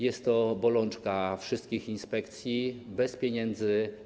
Jest to bolączka wszystkich inspekcji bez pieniędzy.